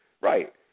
Right